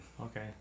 Okay